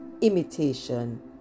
imitation